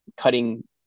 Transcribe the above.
cutting